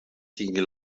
tingui